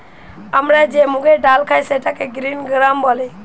আমরা যে মুগের ডাল খাই সেটাকে গ্রিন গ্রাম বলে